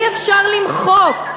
אי-אפשר למחוק.